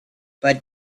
but